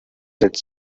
that